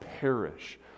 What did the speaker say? perish